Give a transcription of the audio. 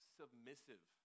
submissive